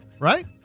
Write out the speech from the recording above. Right